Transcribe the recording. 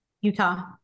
Utah